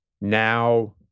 now